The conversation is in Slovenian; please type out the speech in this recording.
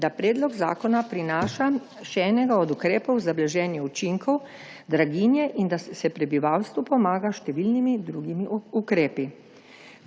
da predlog zakona prinaša še enega od ukrepov za blaženje učinkov draginje in da se prebivalstvu pomaga s številnimi drugimi ukrepi.